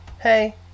hey